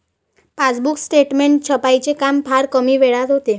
passbook statement छपाईचे काम फार कमी वेळात होते